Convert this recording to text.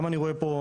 גם אני רואה פה,